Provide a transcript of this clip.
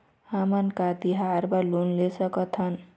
हमन का तिहार बर लोन ले सकथन?